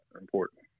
important